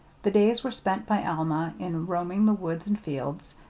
the days were spent by alma in roaming the woods and fields,